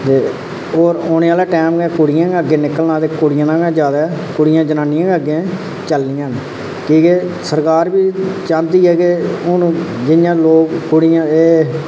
ते होर औने आह्ले टैम गै कुड़ियें गै अग्गें निकलना ते कुड़ियें दा गै जादै कुड़ियां जनानियां गै अग्गें चलनियां न की के सरकार बी अग्गें चाहंदी ऐ हून जि'यां लोग कुड़ियां एह्